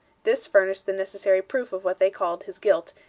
this furnished the necessary proof of what they called his guilt,